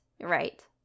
right